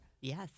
Yes